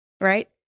right